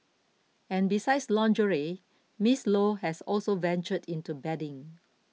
and besides lingerie Miss Low has also ventured into bedding